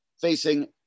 facing